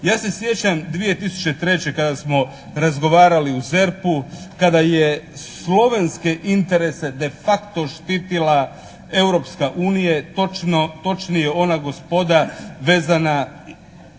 Ja se sjećam 2003. kada smo razgovarali o ZERP-u, kada je slovenske interese de facto štitila Europska unija, točnije ona gospoda vezana